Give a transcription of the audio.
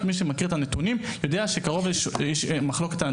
מי שמכיר את הנתונים יודע יש מחלוקת לגבי